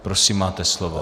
Prosím, máte slovo.